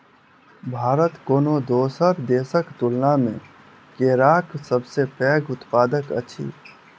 भारत कोनो दोसर देसक तुलना मे केराक सबसे पैघ उत्पादक अछि